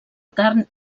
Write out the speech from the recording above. carn